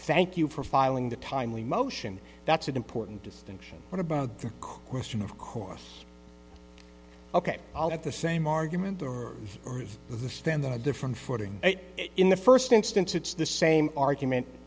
thank you for filing the timely motion that's an important distinction what about the question of course ok all at the same argument or the stand the different footing in the first instance it's the same argument